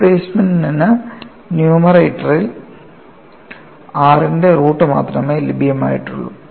ഡിസ്പ്ലേസ്മെൻറ്നു ന്യൂമറേറ്ററിൽ r ന്റെ root മാത്രമേ ലഭ്യമായിട്ടുള്ളൂ